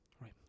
Right